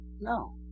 no